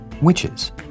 witches